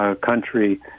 country